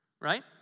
right